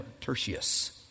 Tertius